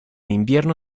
invierno